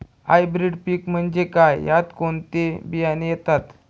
Hybrid पीक म्हणजे काय? यात कोणते बियाणे येतात?